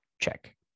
Check